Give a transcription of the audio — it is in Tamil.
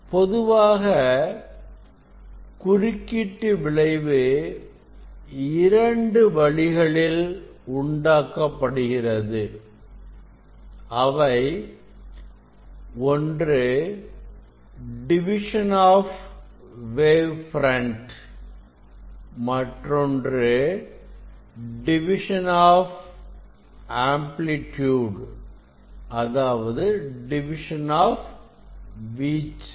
பொதுவாக குறுக்கீட்டு விளைவு இரண்டு வழிகளில் உண்டாக்கப்படுகிறது அவை ஒன்று டிவிஷன் ஆஃப் வேவ் பிரண்ட் மற்றொன்று டிவிஷன் ஆஃப் வீச்சு